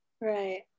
Right